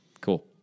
Cool